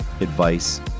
advice